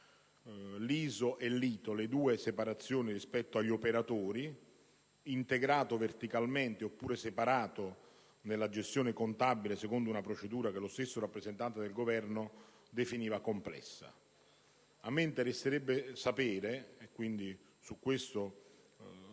l'ISO e l'ITO, che si differenziano in base all'operatore, integrato verticalmente oppure separato nella gestione contabile, secondo una procedura che lo stesso rappresentante del Governo definiva complessa. Mi interesserebbe sapere, quindi, e su questo dichiaro